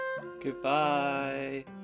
Goodbye